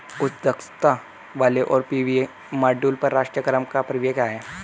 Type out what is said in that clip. उच्च दक्षता वाले सौर पी.वी मॉड्यूल पर राष्ट्रीय कार्यक्रम का परिव्यय क्या है?